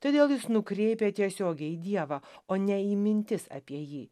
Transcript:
todėl jis nukreipia tiesiogiai į dievą o ne į mintis apie jį